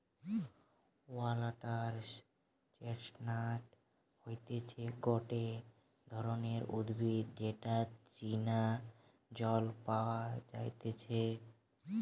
water chestnut হতিছে গটে ধরণের উদ্ভিদ যেটা চীনা জল পাওয়া যাইতেছে